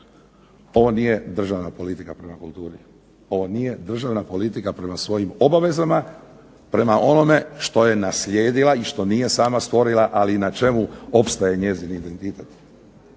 Ovo nije državna politika prema kulturi. Ovo nije državna politika prema svojim obavezama, prema onome što je naslijedila i što nije sama stvorila, ali i na čemu opstaje njezin identitet,